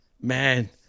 Man